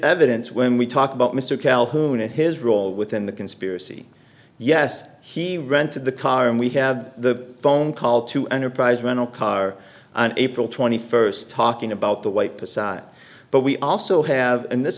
evidence when we talk about mr calhoun to his role within the conspiracy yes he rented the car and we have the phone call to enterprise rent a car april twenty first talking about the wiper side but we also have and this